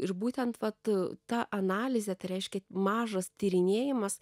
ir būtent vat ta analizė tai reiškia mažas tyrinėjimas